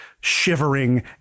shivering